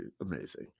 amazing